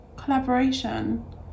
collaboration